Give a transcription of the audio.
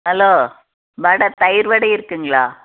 hello vada தயிர் வடை இருக்குதுங்களா